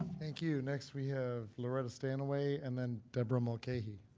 thank you, next we have loretta stanaway, and then debra mulcahey.